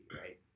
right